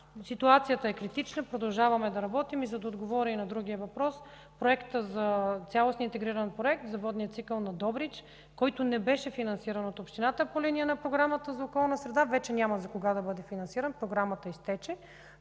Ситуацията е критична. Продължаваме да работим. По другия въпрос. Цялостният интегриран проект за водния цикъл на Добрич, който не беше финансиран от общината по линия на Програмата „Околна среда”, вече няма за кога да бъде финансиран. Програмата изтече.